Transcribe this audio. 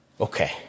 Okay